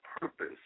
purpose